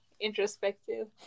introspective